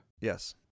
Yes